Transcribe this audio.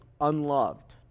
unloved